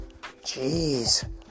Jeez